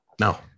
No